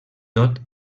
tot